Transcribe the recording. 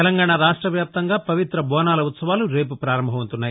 తెలంగాణ రాష్ట్ర వ్యాప్తంగా పవిత బోనాల ఉత్సవాలు రేపు పారంభమవుతున్నాయి